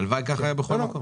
הלוואי וככה היה בכל מקום.